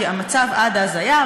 כי המצב עד אז היה,